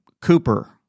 cooper